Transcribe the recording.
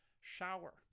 shower